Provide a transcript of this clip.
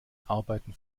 arbeiten